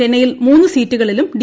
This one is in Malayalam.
ചെന്നൈയിൽ മൂന്ന് സീറ്റുകളിലും ഡി